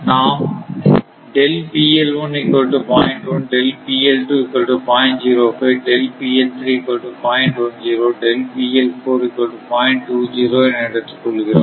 நாம் என எடுத்துக் கொள்கிறோம்